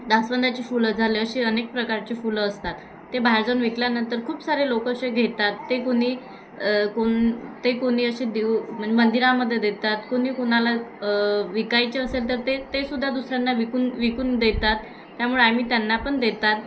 जास्वंदाची फुलं झाले असे अनेक प्रकारची फुलं असतात ते बाहेर जाऊन विकल्यानंतर खूप सारे लोक असे घेतात ते कुणी कोण ते कुणी असे दिव मंदिरामध्ये देतात कुणी कुणाला विकायचे असेल तर ते ते सुुद्धा दुसऱ्यांना विकू विकू देतात त्यामुळे आम्ही त्यांना पण देतात